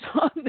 on